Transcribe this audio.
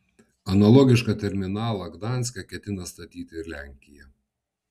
analogišką terminalą gdanske ketina statyti ir lenkija